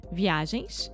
viagens